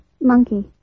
monkey